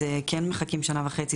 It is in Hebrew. כן מחכים שנה וחצי.